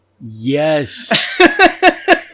Yes